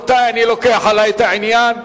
אני לוקח עלי את העניין.